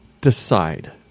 decide